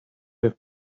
have